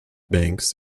banks